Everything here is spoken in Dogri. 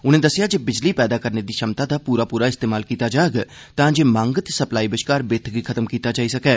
उनें दस्सेआ जे बिजली पैदा करने दी छमता दा पूरा पूरा इस्तमाल कीता जाग तां जे मंग ते सप्लाई बश्कार बित्थै गी खत्म कीता जाई सकै